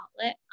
outlet